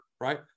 right